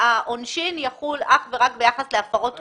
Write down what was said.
שהעונשין יחול אך ורק ביחס להפרות מסוימות.